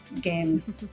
game